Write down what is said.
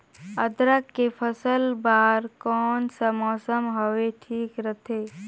अदरक के फसल बार कोन सा मौसम हवे ठीक रथे?